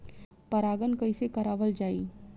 परागण कइसे करावल जाई?